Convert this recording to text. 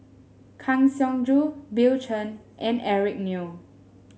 Kang Siong Joo Bill Chen and Eric Neo